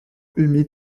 humide